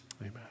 amen